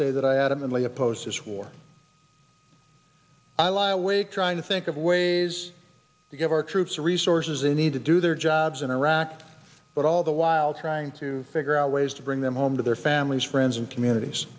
say that i adamantly oppose this war i lie awake trying to think of ways to give our troops the resources they need to do their jobs in iraq but all the while trying to figure out ways to bring them home to their families friends and communities